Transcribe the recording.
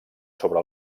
sobre